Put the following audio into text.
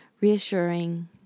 reassuring